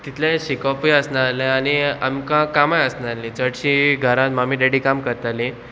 कितलेंय शिकोवपूय आसना आनी आमकां कामां आसनालीं चडशीं घरान मामी डॅडी काम करतालीं